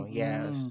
yes